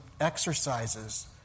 exercises